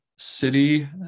city